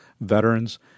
veterans